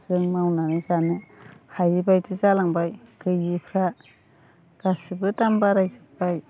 जों मावनानै जानो हायैबायदि जालांबाय गोयैफ्रा गासिबो दाम बाराय जोब्बाय